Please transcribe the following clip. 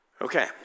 Okay